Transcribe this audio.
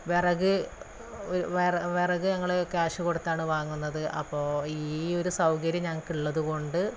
വിറക് ഞങ്ങള് കാശ് കൊടുത്താണ് വാങ്ങുന്നത് അപ്പോള് ഈയൊരു സൗകര്യം ഞങ്ങള്ക്കുള്ളതുകൊണ്ട്